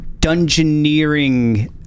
dungeoneering